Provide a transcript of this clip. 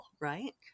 right